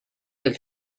del